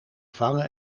vangen